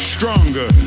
Stronger